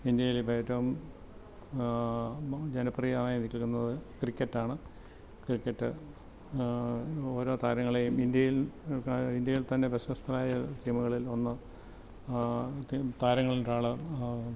ഇന്ത്യയിൽ ഇപ്പോൾ ഏറ്റവും ജനപ്രിയമായത് എനിക്ക് തോന്നുന്നത് ക്രിക്കറ്റ് ആണ് ക്രിക്കറ്റ് ഓരോ താരങ്ങളെയും ഇന്ത്യയിൽ ഇന്ത്യയിൽ തന്നെ പ്രശസ്തമായ ടീമുകളിൽ താരങ്ങളിൽ ഒരാളാണ്